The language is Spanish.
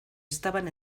estaban